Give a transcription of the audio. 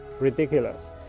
ridiculous